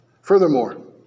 Furthermore